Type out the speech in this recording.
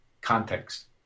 context